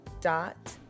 dot